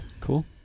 cool